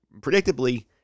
Predictably